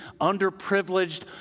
underprivileged